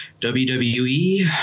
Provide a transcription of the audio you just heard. WWE